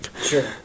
Sure